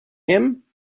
him